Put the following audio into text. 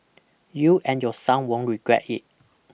you and your son won't regret it